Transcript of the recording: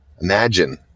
Imagine